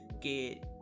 get